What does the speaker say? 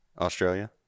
australia